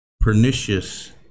pernicious